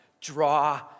Draw